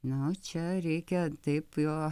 na jau čia reikia taip jo